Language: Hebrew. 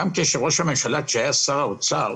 גם כשראש הממשלה היה שר האוצר